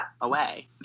away